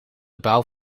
bouw